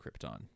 Krypton